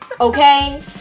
okay